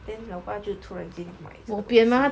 then 老爸就突然间买这个给我吃